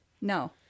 No